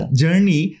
journey